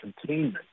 containment